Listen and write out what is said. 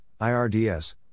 IRDS